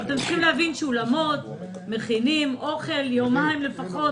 אתם צריכים להבין שאולמות מכינים אוכל יום או יומיים לפני